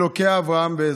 אלוהי אברהם בעזרו".